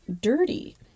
dirty